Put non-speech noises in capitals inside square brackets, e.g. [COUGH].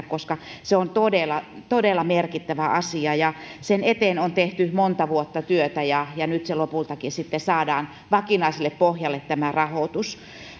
[UNINTELLIGIBLE] koska se on todella todella merkittävä asia ja sen eteen on tehty monta vuotta työtä ja ja nyt tämä rahoitus lopultakin sitten saadaan vakinaiselle pohjalle